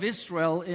Israel